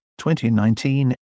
2019